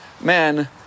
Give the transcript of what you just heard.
man